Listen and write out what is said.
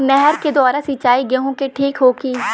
नहर के द्वारा सिंचाई गेहूँ के ठीक होखि?